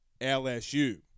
LSU